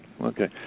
okay